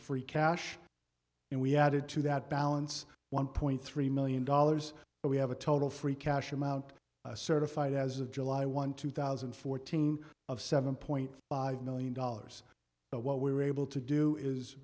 free cash and we added to that balance one point three million dollars we have a total free cash amount certified as of july one two thousand and fourteen of seven point five million dollars what we were able to do is